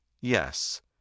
Yes